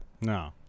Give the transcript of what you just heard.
No